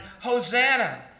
Hosanna